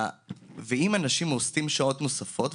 אם אנשים עושים שעות נוספות,